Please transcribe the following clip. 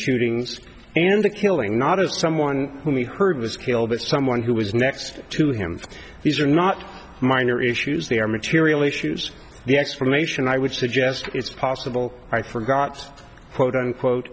shootings and the killing not of someone whom we heard was killed by someone who was next to him these are not minor issues they are material issues the explanation i would suggest it's possible i forgot quote unquote